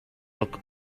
look